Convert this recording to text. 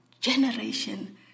generation